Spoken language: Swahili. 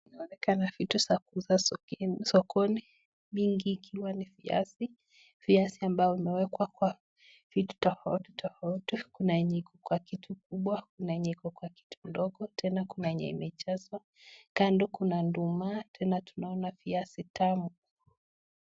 Inaonekana vitu za kuuza sokoni mingi ikiwa ni viazi, viazi ambao imewekwa kwa vitu tafouti tafouti, kuna yenye iko kwa kitu kubwa kuna yenye iko kitu ndogo tena kuna yenye imechezwa kando kuna nduma tena tunaona viazi tamu.